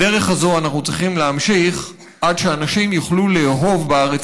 בדרך הזאת אנחנו צריכים להמשיך עד שאנשים יוכלו לאהוב בארץ